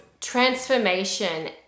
transformation